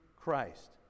Christ